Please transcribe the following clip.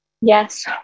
Yes